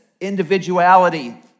individuality